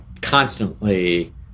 constantly